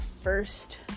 first